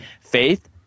Faith